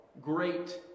Great